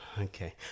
Okay